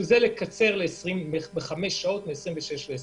נקצר את המשמרות מ-26 שעות ל-21.